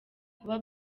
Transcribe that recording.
kuba